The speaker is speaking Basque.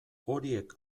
horiek